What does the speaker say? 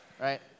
right